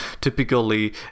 typically